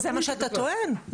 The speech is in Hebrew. זה מה שאתה טוען.